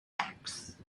backs